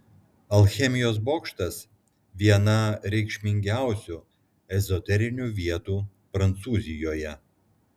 alchemijos bokštas viena reikšmingiausių ezoterinių vietų prancūzijoje